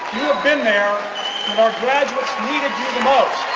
been there when our graduates needed you the most.